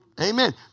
amen